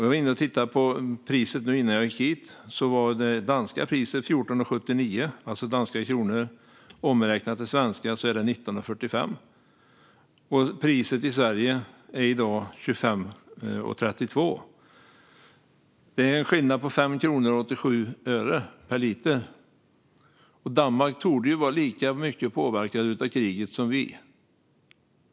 Jag tittade på det danska priset innan jag gick hit, och det var 14,79 danska kronor. Omräknat till svenska kronor är det 19,45. Priset i Sverige är i dag 25,32. Det är en skillnad på 5 kronor och 87 öre per liter. Danmark torde ju vara lika mycket påverkat av kriget som vi.